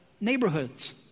neighborhoods